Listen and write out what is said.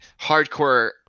hardcore